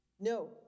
No